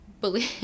believe